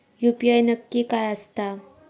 UPI नक्की काय आसता?